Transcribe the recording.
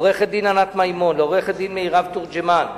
לעורכת-הדין ענת מימון, לעורכת-הדין מירב תורג'מן,